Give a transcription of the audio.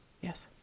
Yes